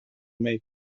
make